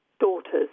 daughters